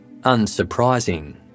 unsurprising